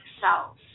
cells